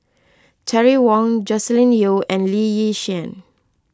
Terry Wong Joscelin Yeo and Lee Yi Shyan